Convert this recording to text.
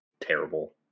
terrible